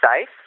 safe